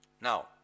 Now